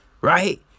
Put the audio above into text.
Right